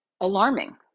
alarming